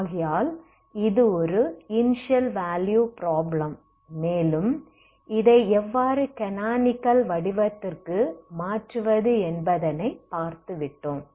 ஆகையால் இது ஒரு இனிஷியல் வேலுயு ப்ராப்ளம் மேலும் இதை எவ்வாறு கானானிகல்utt c2uxx0வடிவத்திற்கு மாற்றுவது என்பதனை பார்த்துவிட்டோம்